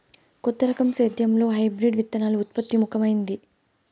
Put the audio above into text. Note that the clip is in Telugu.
కొత్త రకం సేద్యంలో హైబ్రిడ్ విత్తనాల ఉత్పత్తి ముఖమైంది